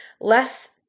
less